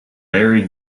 larry